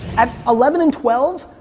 at eleven and twelve,